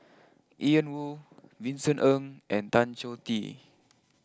Ian Woo Vincent Ng and Tan Choh Tee